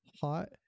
hot